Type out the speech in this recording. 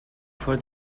for